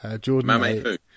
Jordan